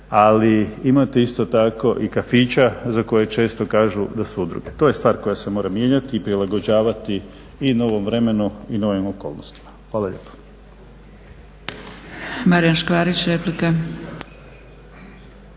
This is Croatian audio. ali imate isto tako i kafića za koje često kažu da su udruge. To je stvar koja se mora mijenjati i prilagođavati i novom vremenu i novim okolnostima. Hvala lijepo.